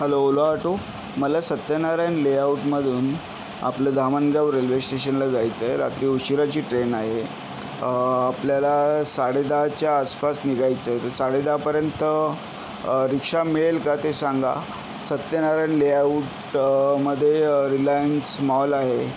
hello Ola auto मला सत्यानारायण लेआऊटमधून आपलं धामणगाव रेल्वेस्टेशनला जायचं आहे रात्री उशिराची ट्रेन आहे आपल्याला साडेदहाच्या आसपास निघायचंय तर साडेदहापर्यंत रिक्शा मिळेल का ते सांगा सत्यनारायण लेआऊटमध्ये रिलायन्स मॉल आहे